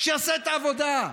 שיעשה את העבודה,